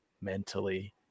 mentally